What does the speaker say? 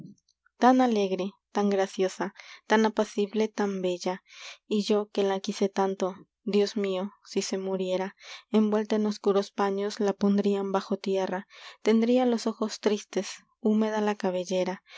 an alegre tan graciosa apacible tan bella la quise tanto se t tan y yo que dios mío si envuelta la muriera paños en oscuros pondrían bajo tierra tristes tendría los ojos húmeda la cabellera